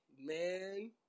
man